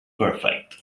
perfect